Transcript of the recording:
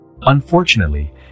Unfortunately